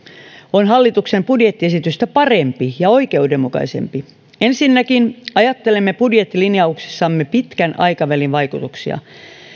on hallituksen budjettiesitystä parempi ja oikeudenmukaisempi ensinnäkin ajattelemme budjettilinjauksissamme pitkän aikavälin vaikutuksia